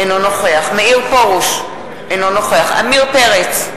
אינו נוכח מאיר פרוש, אינו נוכח עמיר פרץ,